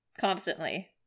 constantly